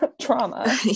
trauma